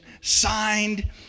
signed